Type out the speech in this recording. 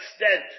extent